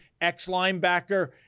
ex-linebacker